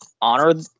honor